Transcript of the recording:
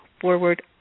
forward